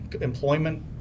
employment